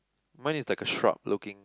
mine is like a shrub looking